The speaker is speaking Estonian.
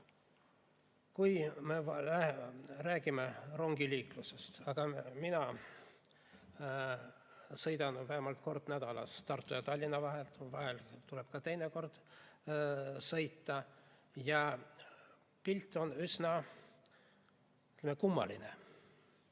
me räägime rongiliiklusest – mina sõidan vähemalt kord nädalas Tartu ja Tallinna vahet, vahel tuleb ka teine kord sõita –, siis on pilt üsna kummaline.